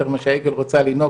"יותר ממה שהעגל רוצה לינוק,